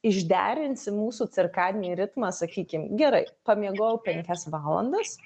išderinsim mūsų cirkadinį ritmą sakykim gerai pamiegojau penkias valandas